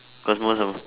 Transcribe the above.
cause most of